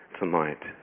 tonight